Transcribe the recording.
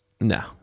no